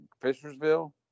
Fishersville